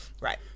Right